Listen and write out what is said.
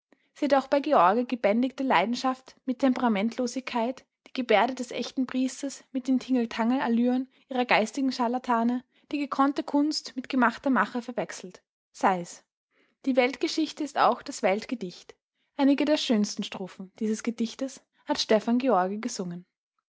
sie hat auch bei george gebändigte leidenschaft mit temperamentlosigkeit die gebärde des echten priesters mit den tingeltangelallüren ihrer geistigen charlatane die gekonnte kunst mit gemachter mache verwechselt sei's die weltgeschichte ist auch das